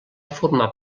formar